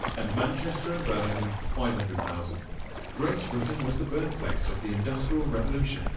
and manchester and birmingham five hundred thousand great britain was the birthplace of the industrial revolution,